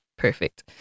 Perfect